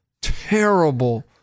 terrible